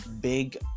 big